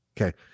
okay